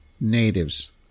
natives